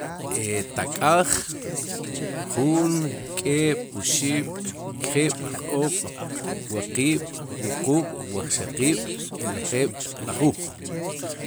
E ta'k'aaj, juun, k'eeb' oxib'kjiib'j-oob'waqiib'wuquub'waqxaqiib' b'elejeeb'lajuuj